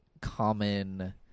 common